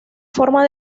forma